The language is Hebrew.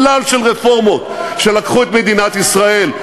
שלל של רפורמות שלקחו את מדינת ישראל,